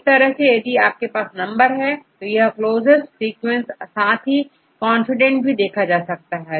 इसी तरह से यदि आपके पास नंबर है तो यहक्लोसेस्ट सीक्वेंसेस साथ ही कॉन्फिडेंट भी देखा जा सकता है